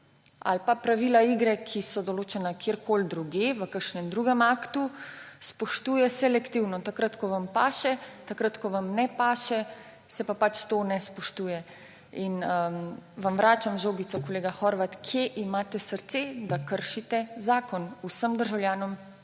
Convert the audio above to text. ali pa pravila igre, ki so določena kjerkoli drugje, v kakšnem drugem aktu, spoštuje selektivno, takrat ko vam paše, ko vam ne paše, se pa pač to ne spoštuje. Vračam vam žogico, kolega Horvat: kje imate srce, da kršite zakon vsem državljanom